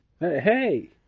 Hey